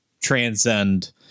transcend